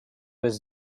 his